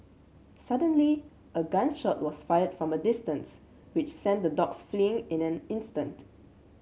suddenly a gun shot was fired from a distance which sent the dogs fleeing in an instant